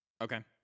Okay